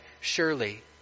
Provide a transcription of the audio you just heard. surely